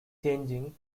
changing